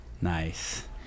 Nice